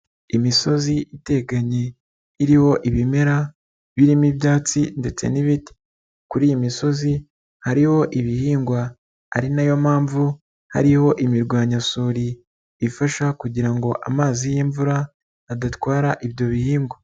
lmisozi iteganye iriho ibimera birimo ibyatsi ndetse n'ibiti, kuri iyi misozi hariho ibihingwa. Ari nayo mpamvu hariho imirwanya suri ifasha kugira ngo amazi y'imvura adatwara ibyo bihingwa.